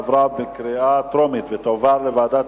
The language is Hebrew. עברה בקריאה טרומית ותועבר לוועדת